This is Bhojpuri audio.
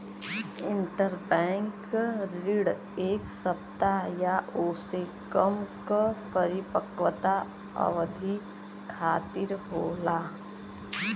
इंटरबैंक ऋण एक सप्ताह या ओसे कम क परिपक्वता अवधि खातिर होला